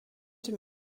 dem